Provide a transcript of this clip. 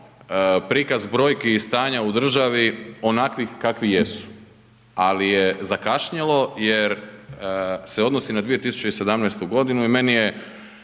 prikaz brojki i stanja u državi onakvih kakvi jesu. Ali je zakašnjelo jer se odnosi na 2017. godinu i meni je